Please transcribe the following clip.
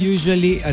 Usually